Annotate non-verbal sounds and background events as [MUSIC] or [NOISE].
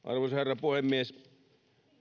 [UNINTELLIGIBLE] arvoisa herra puhemies